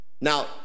now